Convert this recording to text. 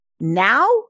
Now